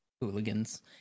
hooligans